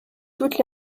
toutes